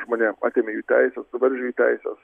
žmonėm atėmė jų teisę suvaržė jų teises